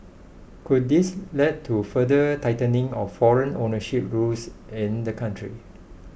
could this lead to further tightening of foreign ownership rules in the country